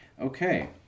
Okay